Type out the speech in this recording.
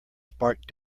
sparkled